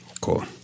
Cool